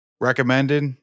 Recommended